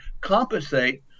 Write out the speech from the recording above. compensate